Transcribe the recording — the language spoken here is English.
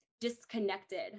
disconnected